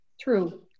True